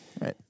Right